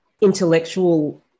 intellectual